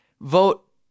Vote